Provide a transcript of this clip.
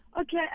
okay